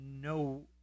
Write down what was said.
no